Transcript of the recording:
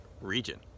region